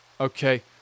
Okay